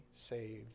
saved